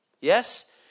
Yes